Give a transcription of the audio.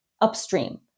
upstream